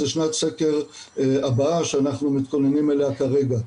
זה שנת סקר הבאה שאנחנו מתכוננים אליה כרגע.